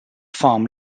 farm